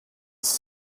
six